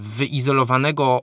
wyizolowanego